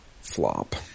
flop